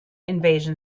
invasion